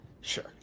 Sure